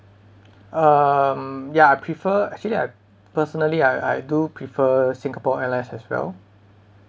um ya I prefer actually I personally I I do prefer singapore airlines as well